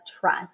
trust